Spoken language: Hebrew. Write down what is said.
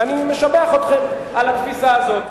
ואני משבח אתכם על התפיסה הזאת.